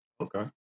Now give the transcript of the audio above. okay